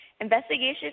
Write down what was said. Investigation